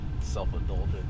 Self-indulgent